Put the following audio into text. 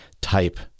type